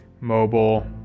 mobile